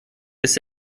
bis